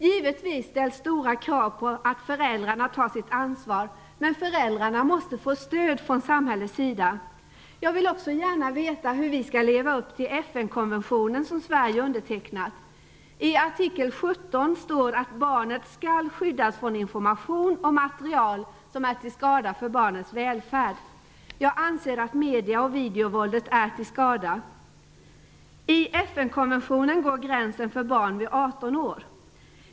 Givetvis ställs stora krav på att föräldrarna tar sitt ansvar, men föräldrarna måste få stöd från samhällets sida. Jag vill också gärna veta hur vi skall leva upp till FN:s barnkonvention, som Sverige har undertecknat. I artikel 17 stadgas att barnet skall skyddas från information och material som är till skada för barnets välfärd. Jag anser att medievåldet inklusive videovåldet är till skada. I FN-konventionen går gränsen för barn vid 18 år.